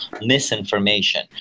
misinformation